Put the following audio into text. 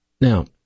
Now